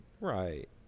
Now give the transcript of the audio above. right